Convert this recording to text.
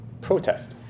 protest